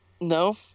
No